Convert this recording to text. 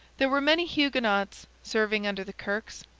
there were many huguenots serving under the kirkes,